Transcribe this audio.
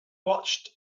watched